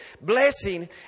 blessing